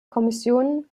kommission